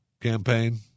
campaign